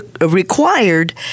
required